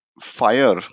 fire